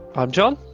i'm jon,